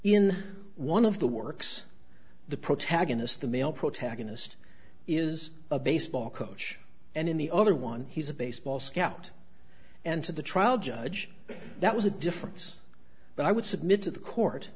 in one of the works the protagonist the male protagonist is a baseball coach and in the other one he's a baseball scout and to the trial judge that was a difference but i would submit to the court